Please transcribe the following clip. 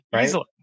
Easily